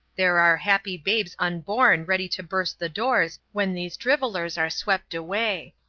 there are happy babes unborn ready to burst the doors when these drivellers are swept away.